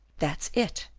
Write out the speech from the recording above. that's it.